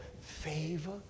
Favor